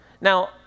Now